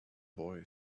boy